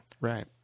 Right